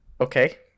okay